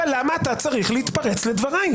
למה אתה צריך להתפרץ לדבריי?